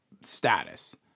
status